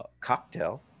cocktail